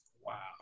Wow